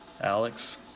Alex